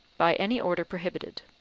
by any order prohibited.